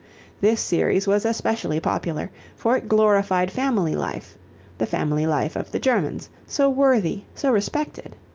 this series was especially popular, for it glorified family life the family life of the germans, so worthy, so respected.